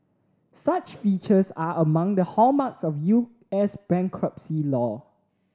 such features are among the hallmarks of U S bankruptcy law